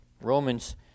Romans